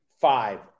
five